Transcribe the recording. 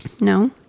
No